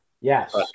Yes